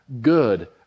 good